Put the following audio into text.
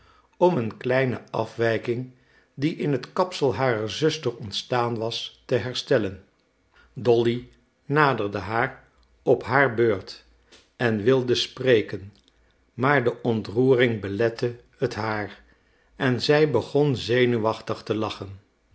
om een kleine afwijking die in het kapsel harer zuster ontstaan was te herstellen dolly naderde haar op haar beurt en wilde spreken maar de ontroering belette het haar en zij begon zenuwachtig te lachen